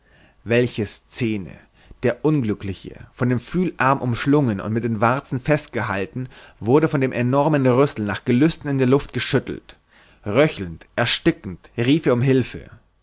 scene der unglückliche von dem fühlarm umschlungen und mit den warzen festgehalten wurde von dem enormen rüssel nach gelüsten in der luft geschüttelt röchelnd erstickend rief er um hilfe